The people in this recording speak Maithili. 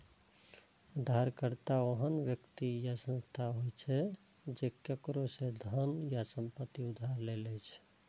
उधारकर्ता ओहन व्यक्ति या संस्था होइ छै, जे केकरो सं धन या संपत्ति उधार लै छै